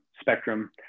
spectrum